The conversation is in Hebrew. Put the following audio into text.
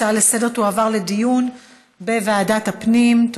ההצעה לסדר-היום תועבר לדיון בוועדת הפנים.